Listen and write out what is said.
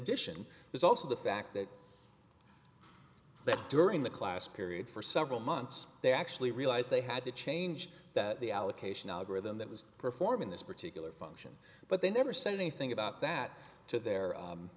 n there's also the fact that that during the class period for several months they actually realized they had to change that the allocation algorithm that was performing this particular function but they never said anything about that to their